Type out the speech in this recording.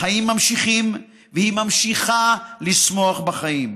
החיים נמשכים, והיא ממשיכה לשמוח בחיים.